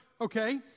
okay